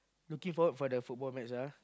looking forward for the football match ah